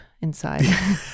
inside